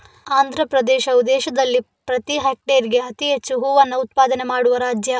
ಆಂಧ್ರಪ್ರದೇಶವು ದೇಶದಲ್ಲಿ ಪ್ರತಿ ಹೆಕ್ಟೇರ್ಗೆ ಅತಿ ಹೆಚ್ಚು ಹೂವನ್ನ ಉತ್ಪಾದನೆ ಮಾಡುವ ರಾಜ್ಯ